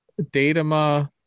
Datama